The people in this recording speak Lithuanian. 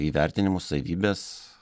įvertinimus savybes